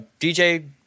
DJ